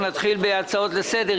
אנחנו נתחיל בהצעות לסדר.